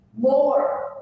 more